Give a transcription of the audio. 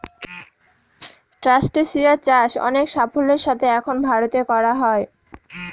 ট্রাস্টেসিয়া চাষ অনেক সাফল্যের সাথে এখন ভারতে করা হয়